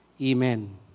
Amen